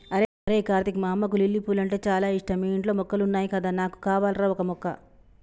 అరేయ్ కార్తీక్ మా అమ్మకు లిల్లీ పూలంటే చాల ఇష్టం మీ ఇంట్లో మొక్కలున్నాయి కదా నాకు కావాల్రా ఓక మొక్క